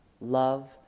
love